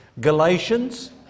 Galatians